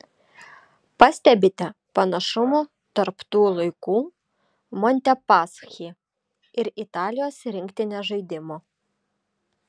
pastebite panašumų tarp tų laikų montepaschi ir italijos rinktinės žaidimo